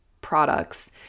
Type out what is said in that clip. products